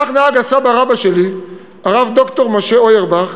כך נהג הסבא-רבא שלי, הרב ד"ר משה אוירבך,